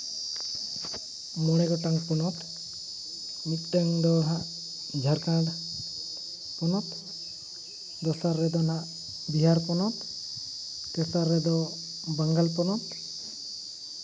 ᱢᱚᱬᱮ ᱜᱚᱴᱟᱝ ᱯᱚᱱᱚᱛ ᱢᱤᱫᱴᱟᱹᱝ ᱫᱚ ᱦᱟᱸᱜ ᱡᱷᱟᱲᱠᱷᱚᱸᱰ ᱯᱚᱱᱚᱛ ᱫᱚᱥᱟᱨ ᱨᱮᱫᱚ ᱱᱟᱜ ᱵᱤᱦᱟᱨ ᱯᱚᱱᱚᱛ ᱛᱮᱥᱟᱨ ᱨᱮᱫᱚ ᱵᱟᱝᱞᱟ ᱯᱚᱱᱚᱛ